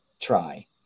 try